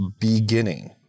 beginning